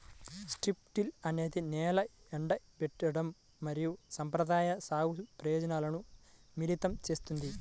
strip till అనేది నేల ఎండబెట్టడం మరియు సంప్రదాయ సాగు ప్రయోజనాలను మిళితం చేస్తుంది